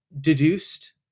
deduced